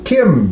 Kim